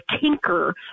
tinker